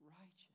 righteous